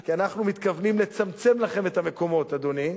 כי אנחנו מתכוונים לצמצם לכם את המקומות, אדוני.